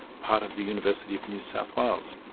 part of the university of new south wales.